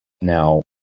Now